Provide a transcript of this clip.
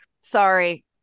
sorry